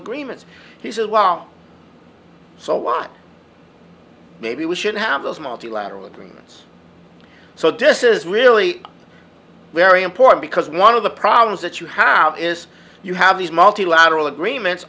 agreements he said well so why maybe we should have those multilateral agreements so this is really very important because one of the problems that you have is you have these multilateral agreements